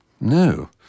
No